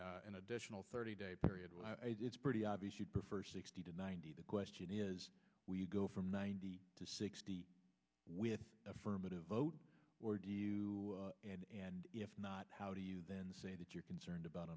that an additional thirty day period when it's pretty obvious you prefer sixty to ninety the question is do you go from ninety to sixty with affirmative vote or do you and if not how do you then say that you're concerned about